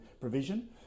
provision